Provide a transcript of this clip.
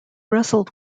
wrestled